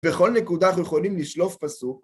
בכל נקודה אנחנו יכולים לשלוף פסוק.